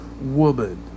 Woman